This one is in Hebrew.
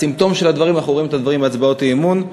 את הסימפטום של הדברים אנחנו רואים בהצבעות אי-אמון,